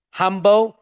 humble